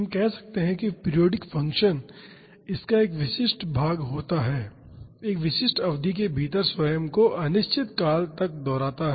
हम कह सकते हैं कि पीरियाडिक फंक्शन इसका एक विशिष्ट भाग होता है एक विशिष्ट अवधि के भीतर स्वयं को अनिश्चित काल तक दोहराता है